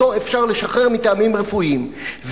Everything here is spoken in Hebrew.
אותו אפשר לשחרר מטעמים רפואיים,